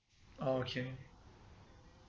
oh okay